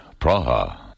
Praha